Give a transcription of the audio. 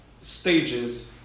stages